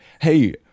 hey